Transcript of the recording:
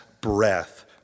breath